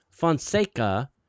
Fonseca